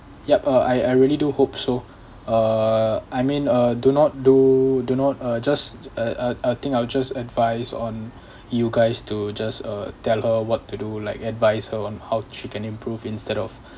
yup uh I I really do hope so uh I mean uh do not do do not uh just uh uh I think I'll just advise on you guys to just uh tell her what to do like advise her on how she can improve instead of